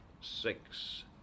six